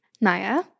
naya